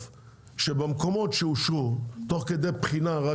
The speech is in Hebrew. שבמקומות שאושרו - תוך כדי בחינה רק